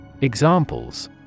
Examples